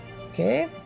Okay